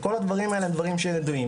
כל הדברים האלה הם דברים ידועים.